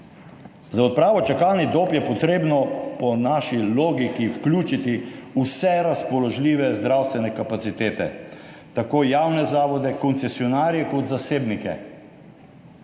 Za odpravo čakalnih dob je treba, po naši logiki, vključiti vse razpoložljive zdravstvene kapacitete, tako javne zavode, koncesionarje kot zasebnike.